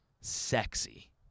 Sexy